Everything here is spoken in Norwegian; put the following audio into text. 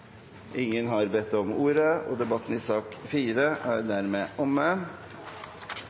Ingen har bedt om ordet. Etter ønske fra utdannings- og